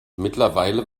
mittlerweile